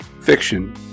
fiction